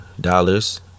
dollars